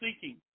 seeking